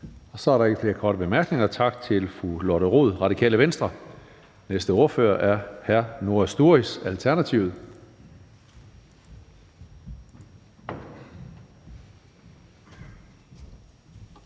Så er der ikke flere korte bemærkninger. Tak til fru Lotte Rod, Radikale Venstre. Den næste ordfører er hr. Noah Sturis, Alternativet.